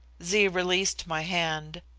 zee released my hand,